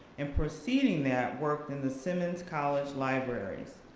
and preceding that, worked in the simmons college libraries.